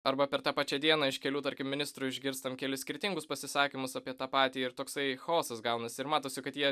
arba per tą pačia dieną iš kelių tarkim ministrui išgirstam kelis skirtingus pasisakymus apie tą patį ir toksai chaosas gaunasi ir matosi kad jie